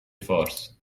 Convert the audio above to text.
فارس